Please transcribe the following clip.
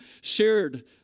shared